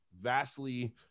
vastly